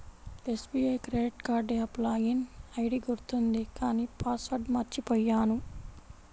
SBI credit card app login ID గుర్తుంది కానీ password మర్చిపొయ్యాను